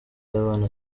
y’abana